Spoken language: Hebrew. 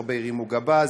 הרבה הרימו גבה,